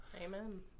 Amen